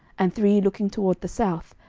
and three looking toward the south,